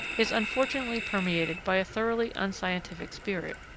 is unfortunately permeated by a thoroughly unscientific spirit,